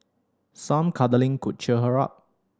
some cuddling could cheer her up